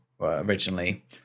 originally